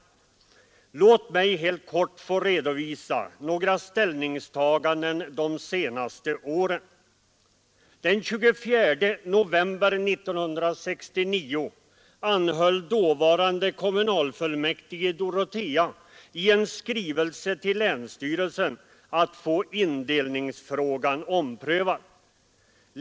Låt mig helt kort få redovisa några ställningstaganden de senaste åren! Den 24 november 1969 anhöll dåvarande kommunalfullmäktige i Dorotea i en skrivelse till länsstyrelsen att få indelningsfrågan omprövad.